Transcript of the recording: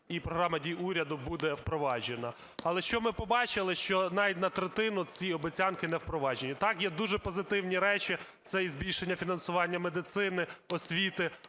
і Програма дій уряду буде впроваджена. Але що ми побачили, що навіть на третину ці обіцянки не впроваджені. Так, є дуже позитивні речі. Це і збільшення фінансування медицини, освіти,